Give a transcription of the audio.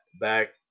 back